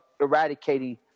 eradicating